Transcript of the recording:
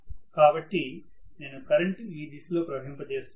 కాబట్టి నేను కరెంటు ఈ దిశలో ప్రవహింప చేస్తున్నాను